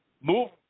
move